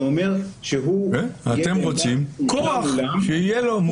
זה אומר שהוא --- אתם רוצים כוח שיהיה לו מול מפלגתו.